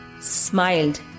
smiled